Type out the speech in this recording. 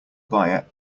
buyer